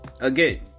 again